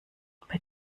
bei